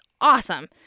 awesome